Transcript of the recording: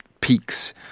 peaks